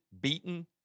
beaten